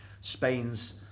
Spain's